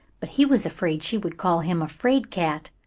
but he was afraid she would call him a fraid-cat!